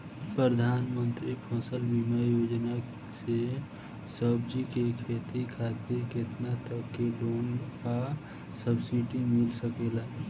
प्रधानमंत्री फसल बीमा योजना से सब्जी के खेती खातिर केतना तक के लोन आ सब्सिडी मिल सकेला?